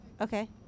Okay